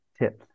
tips